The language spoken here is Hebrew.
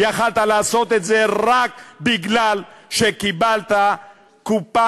יכולת לעשות את זה רק משום שקיבלת קופה